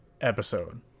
episode